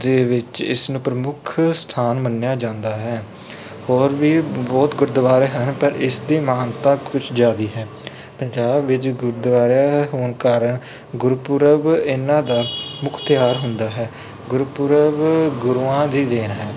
ਦੇ ਵਿੱਚ ਇਸ ਨੂੰ ਪ੍ਰਮੁੱਖ ਸਥਾਨ ਮੰਨਿਆ ਜਾਂਦਾ ਹੈ ਹੋਰ ਵੀ ਬਹੁਤ ਗੁਰਦੁਆਰੇ ਹਨ ਪਰ ਇਸ ਦੀ ਮਹਾਨਤਾ ਕੁਛ ਜ਼ਿਆਦਾ ਹੈ ਪੰਜਾਬ ਵਿੱਚ ਗੁਰਦੁਆਰੇ ਹੋਣ ਕਾਰਨ ਗੁਰਪੁਰਬ ਇਹਨਾਂ ਦਾ ਮੁੱਖ ਤਿਉਹਾਰ ਹੁੰਦਾ ਹੈ ਗੁਰਪੁਰਬ ਗੁਰੂਆਂ ਦੀ ਦੇਣ ਹੈ